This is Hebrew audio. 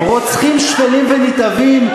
רוצחים שפלים ונתעבים,